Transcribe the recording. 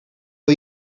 for